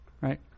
right